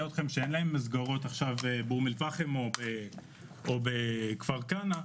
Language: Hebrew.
אתכם שאין להם מסגרות באום אל פחם או בכפר כנא,